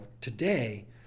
today